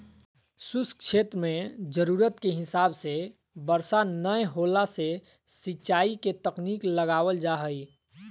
शुष्क क्षेत्र मे जरूरत के हिसाब से बरसा नय होला से सिंचाई के तकनीक लगावल जा हई